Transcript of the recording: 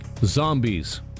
Zombies